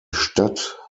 stadt